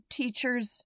teachers